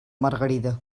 margarida